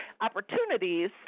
opportunities